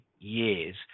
years